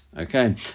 Okay